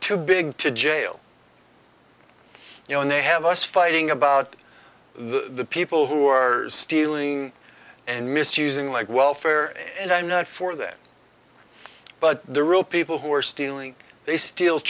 too big to jail you know and they have us fighting about the people who are stealing and misusing like welfare and i'm not for that but the real people who are stealing they steal